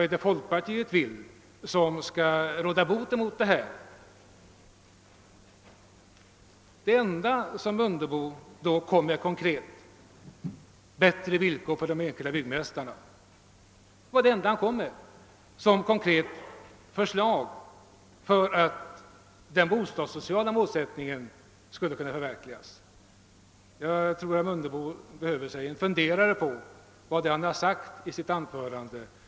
Hur vill folkpartiet kunna råda bot på det nuvarande tillståndet? Det enda konkreta förslag som herr Mundebo framförde i syfte att förverkliga den bostadssociala målsättningen var bättre villkor för de enskilda byggmästarna. Jag tror därför att herr Mundebo behöver ta sig en funderare på vad han sagt i sitt anförande.